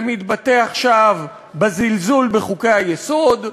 זה מתבטא עכשיו בזלזול בחוקי-היסוד,